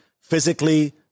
physically